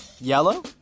yellow